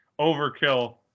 Overkill